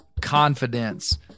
confidence